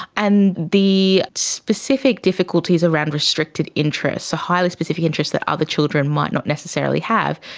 and the specific difficulties around restricted interest, so highly specific interests that other children might not necessarily have,